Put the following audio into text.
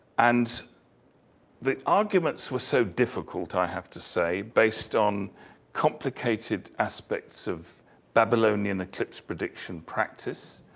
and the arguments were so difficult, i have to say, based on complicated aspects of babylonian eclipse prediction practice,